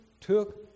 took